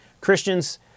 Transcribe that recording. Christians